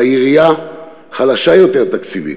שבה העירייה חלשה יותר תקציבית,